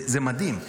זה מדהים.